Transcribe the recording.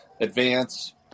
advance